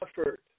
effort